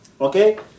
Okay